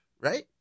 right